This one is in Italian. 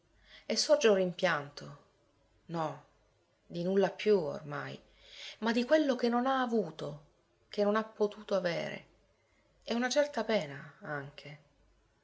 e sorge un rimpianto no di nulla più ormai ma di quello che non ha avuto che non ha potuto avere e una certa pena anche